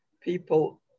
people